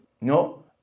No